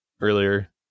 earlier